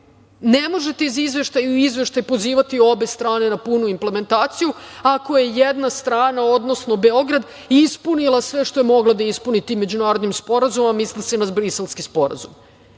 Ne možete iz izveštaja u izveštaj pozivati obe strane na punu implementaciju ako je jedna strana, odnosno Beograd ispunila sve što je mogla da ispuni tim međunarodnim sporazumom, misli se na Briselski sporazum.